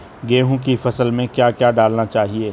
गेहूँ की फसल में क्या क्या डालना चाहिए?